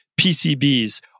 PCBs